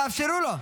תאפשרו לו.